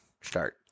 Start